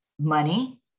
money